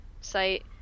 site